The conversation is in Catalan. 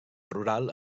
rural